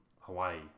Hawaii